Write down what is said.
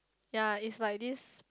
ya is like this